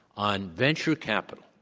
on venture capital,